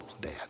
dad